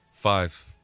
five